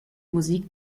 musik